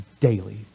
daily